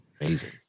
Amazing